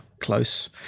close